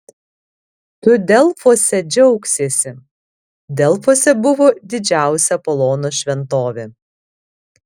tu delfuose džiaugsiesi delfuose buvo didžiausia apolono šventovė